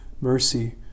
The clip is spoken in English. mercy